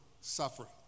suffering